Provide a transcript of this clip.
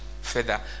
further